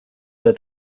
der